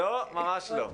לא, ממש לא.